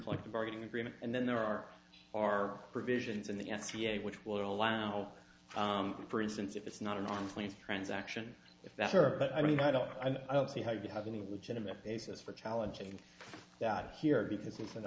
collective bargaining agreement and then there are are provisions in the n c a a which would allow for instance if it's not an arm's length transaction if that's your but i mean i don't i don't see how you have any which intimate basis for challenging that here because it's an